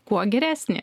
kuo geresnį